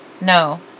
No